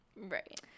Right